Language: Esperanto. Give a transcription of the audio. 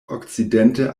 okcidente